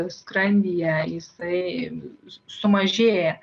skrandyje jisai sumažėja